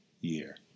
year